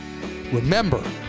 Remember